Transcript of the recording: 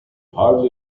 hardly